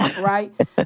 right